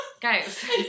Guys